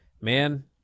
Man